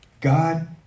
God